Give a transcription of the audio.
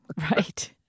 right